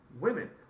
Women